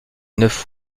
neuf